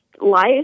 life